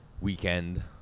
weekend